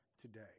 today